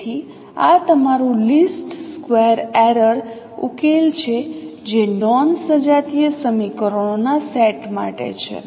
તેથી આ તમારું લીસ્ટ સ્ક્વેર એરર ઉકેલ છે જે નોન સજાતીય સમીકરણોના સેટ માટે છે